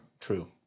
true